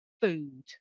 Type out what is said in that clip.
food